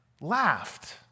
laughed